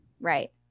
Right